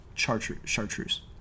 Chartreuse